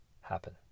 happen